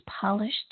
polished